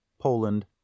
Poland